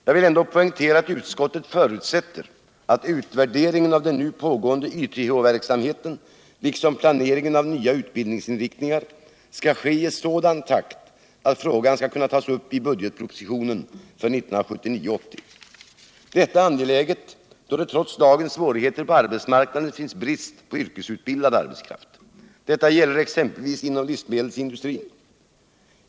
Jag vill dock poängtera att utskottet förutsätter att utvärderingen av den nu pågående YTH-verksamheten liksom planeringen av nya utbildningslinjer skall ske i sådan takt att frågan skall kunna tas upp i budgetpropositionen för 1979/80. Detta är angeläget då det trots dagens svårigheter på arbetsmarknaden råder brist på yrkesutbildad arbetskraft. Detta gäller exempelvis inom livsmedelsindustrin.